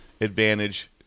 advantage